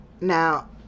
Now